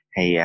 Hay